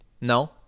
No